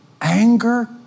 anger